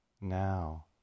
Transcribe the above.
now